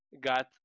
got